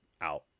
out